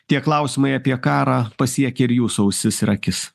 tie klausimai apie karą pasiekė ir jūsų ausis ir akis